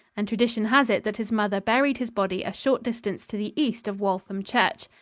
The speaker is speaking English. and tradition has it that his mother buried his body a short distance to the east of waltham church.